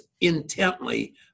intently